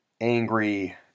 angry